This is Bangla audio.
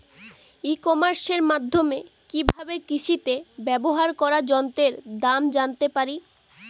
ই কমার্সের মাধ্যমে কি ভাবে কৃষিতে ব্যবহার করা যন্ত্রের দাম জানতে পারি?